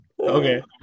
okay